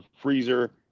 freezer